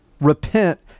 repent